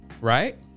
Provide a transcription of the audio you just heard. right